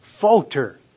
falter